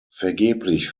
vergeblich